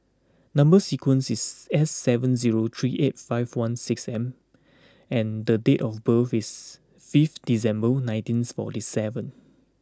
number sequence is S seven zero three eight five one six M and the date of birth is fifth December nineteen forty seven